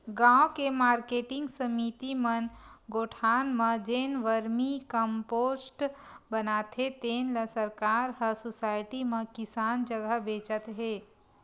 गाँव के मारकेटिंग समिति मन गोठान म जेन वरमी कम्पोस्ट बनाथे तेन ल सरकार ह सुसायटी म किसान जघा बेचत हे